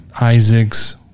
Isaacs